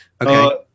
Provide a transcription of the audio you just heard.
Okay